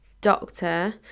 doctor